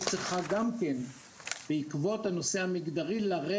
צריכה לרדת מהבמה בעקבות הנושא המגדרי.